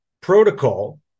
protocol